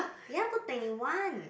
you never put twenty one